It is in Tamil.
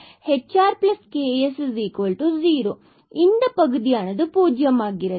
எனவே இந்த பகுதியானது பூஜ்ஜியம் ஆகிறது